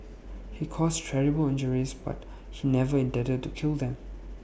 he caused terrible injuries but he never intended to kill them